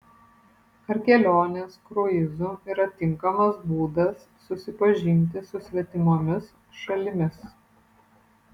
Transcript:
ar kelionės kruizu yra tinkamas būdas susipažinti su svetimomis šalimis